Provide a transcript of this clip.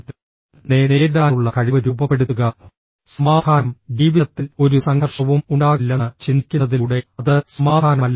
î നെ നേരിടാനുള്ള കഴിവ് രൂപപ്പെടുത്തുക സമാധാനം ജീവിതത്തിൽ ഒരു സംഘർഷവും ഉണ്ടാകില്ലെന്ന് ചിന്തിക്കുന്നതിലൂടെ അത് സമാധാനമല്ല